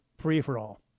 free-for-all